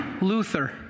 Luther